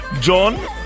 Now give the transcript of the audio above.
John